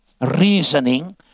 reasoning